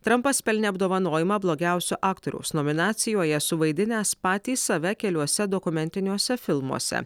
trampas pelnė apdovanojimą blogiausio aktoriaus nominacijoje suvaidinęs patį save keliuose dokumentiniuose filmuose